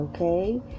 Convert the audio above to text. okay